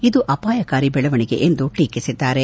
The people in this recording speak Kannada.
ಇದು ಅಪಾಯಕಾರಿ ಬೆಳವಣಿಗೆ ಎಂದು ಟೀಕಿಸಿದ್ದಾರೆ